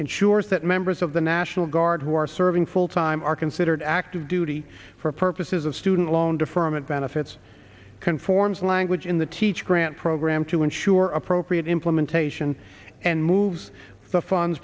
ensures that members of the national guard who are serving full time are considered active duty for purposes of student loan deferment benefits conforms language in the teach grant program to ensure appropriate implementation and moves the funds